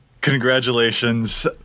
congratulations